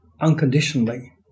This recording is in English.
unconditionally